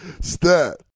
stat